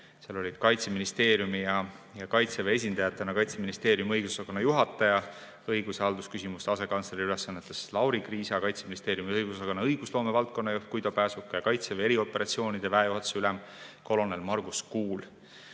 Seal olid kohal Kaitseministeeriumi ja Kaitseväe esindajatena Kaitseministeeriumi õigusosakonna juhataja õigus‑ ja haldusküsimuste asekantsleri ülesannetes Lauri Kriisa, Kaitseministeeriumi õigusosakonna õigusloome valdkonna juht Guido Pääsuke ja Kaitseväe erioperatsioonide väejuhatuse ülem kolonel Margus Kuul.